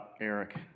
Eric